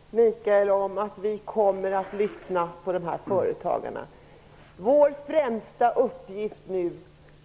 Herr talman! Jag kan försäkra Michael Stjernström om att vi kommer att lyssna till dessa företagare. Vår främsta uppgift